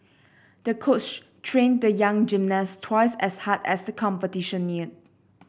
the coach trained the young gymnast twice as hard as the competition neared